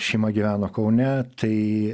šeima gyveno kaune tai